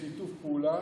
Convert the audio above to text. בשיתוף פעולה,